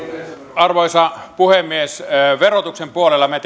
arvoisa puhemies verotuksen puolella me